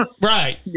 Right